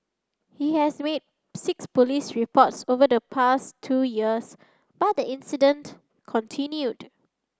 he has made six police reports over the past two years but the incident continued